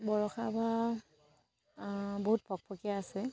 বৰষা বা বহুত ফক ফকীয়া আছে